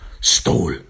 stole